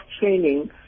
training